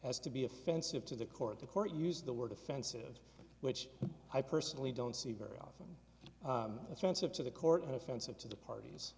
basis as to be offensive to the court the court used the word offensive which i personally don't see very often offensive to the court and offensive to the parties